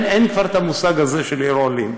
כבר אין את המושג הזה "עיר עולים".